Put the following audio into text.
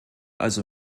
also